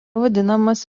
vadinamas